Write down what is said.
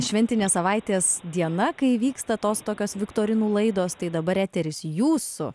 šventinė savaitės diena kai įvyksta tos tokios viktorinų laidos tai dabar eteris jūsų